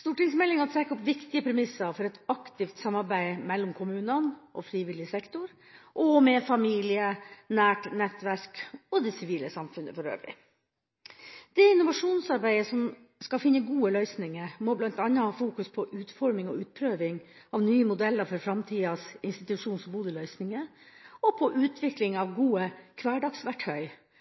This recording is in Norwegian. Stortingsmeldinga trekker opp viktige premisser for et aktivt samarbeid mellom kommunene og frivillig sektor og med familie, nært nettverk og det sivile samfunnet for øvrig. Det innovasjonsarbeidet som skal finne gode løsninger, må bl.a. fokusere på utforming og utprøving av nye modeller for framtidas institusjons- og boligløsninger, og på utvikling av gode hverdagsverktøy